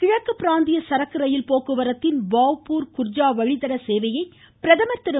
கிழக்கு பிராந்திய சரக்கு ரயில் போக்குவரத்தின் பாவ்புர் குர்ஜா வழித்தட சேவையை பிரதமர் திரு